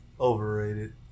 overrated